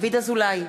דוד אזולאי,